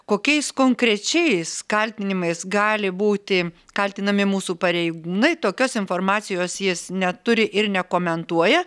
kokiais konkrečiais kaltinimais gali būti kaltinami mūsų pareigūnai tokios informacijos jis neturi ir nekomentuoja